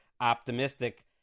optimistic